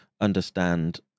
understand